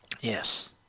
Yes